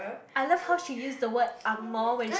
I love how she use the word angmoh when she